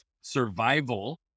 survival